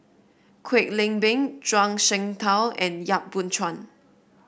Kwek Leng Beng Zhuang Shengtao and Yap Boon Chuan